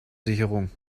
sicherung